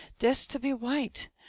des ter be white!